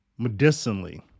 medicinally